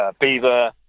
beaver